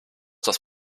das